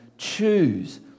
choose